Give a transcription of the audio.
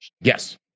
Yes